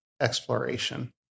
exploration